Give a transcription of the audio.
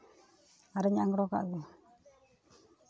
ᱟᱨᱚᱧ ᱟᱸᱜᱽᱲᱚ ᱠᱟᱜ ᱜᱮ